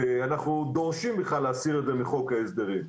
ואנחנו דורשים ממך להסיר את זה מחוק ההסדרים.